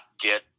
get